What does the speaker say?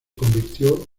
convirtió